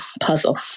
puzzle